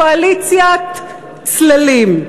קואליציית צללים,